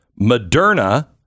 Moderna